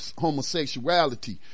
homosexuality